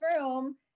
room